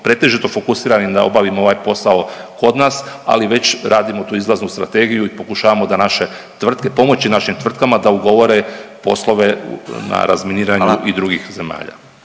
pretežito fokusirani da obavimo ovaj posao kod nas, ali već radimo tu izlaznu strategiju i pokušavamo da naše tvrtke, pomoći našim tvrtkama da ugovore poslove na razminiranju i drugih zemalja.